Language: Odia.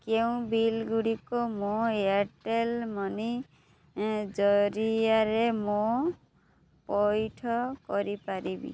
କେଉଁ ବିଲ୍ ଗୁଡ଼ିକ ମୋ ଏୟାର୍ଟେଲ୍ ମନି ଜରିଆରେ ମୁଁ ପଇଠ କରିପାରିବି